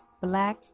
Black